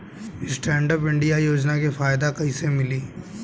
Stand up India योजना के फायदा कैसे मिली?